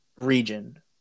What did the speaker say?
region